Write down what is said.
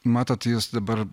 matot jūs dabar